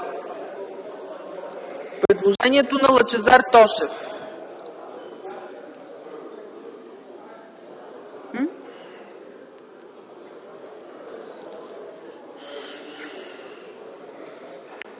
предложението на Лъчезар Тошев.